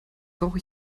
brauche